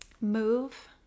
move